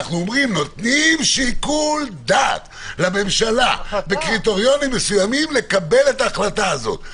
נותנים שיקול דעת לממשלה בקריטריונים מסוימים לקבל את ההחלטה הזאת.